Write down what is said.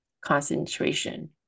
concentration